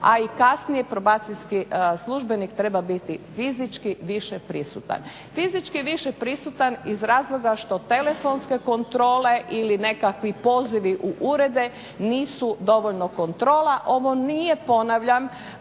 a i kasnije probacijski službenik treba biti fizički više prisutan. Fizički više prisutan iz razloga što telefonske kontrole ili nekakvi pozivi u urede nisu dovoljno kontrola, ovo nije, ponavljam